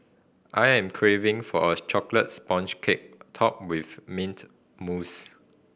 I am craving for a chocolate sponge cake topped with mint mousse